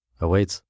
awaits